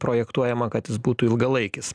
projektuojama kad jis būtų ilgalaikis